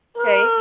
Okay